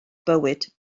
bywyd